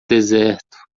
deserto